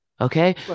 okay